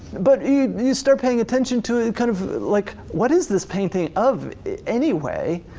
but you start paying attention to it, it kind of like, what is this painting of anyway?